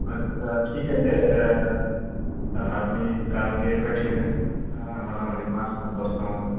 আচ্ছা ঠিক আছে তাহলে আপনি কালকে পাঠিয়ে দেন মোটামুটি পাঁচ সাত বস্তা মতো